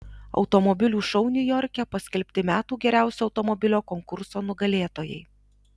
automobilių šou niujorke paskelbti metų geriausio automobilio konkurso nugalėtojai